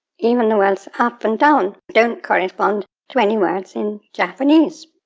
even the words up and down don't correspond to any words in japanese.